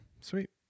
Sweet